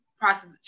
process